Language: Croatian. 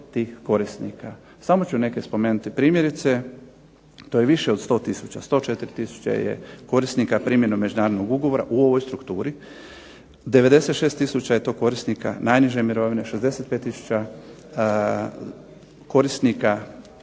tih korisnika. Samo ću neke spomenuti. Primjerice, to je više od 100 tisuća, 104 tisuće je korisnika primjenom međunarodnog ugovora u ovoj strukturi. 96 tisuća je to korisnika najniže mirovine, 65 tisuća korisnika